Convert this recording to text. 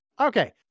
Okay